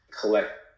collect